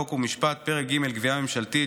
חוק ומשפט: פרק ג' גבייה ממשלתית,